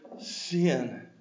sin